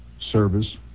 service